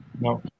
no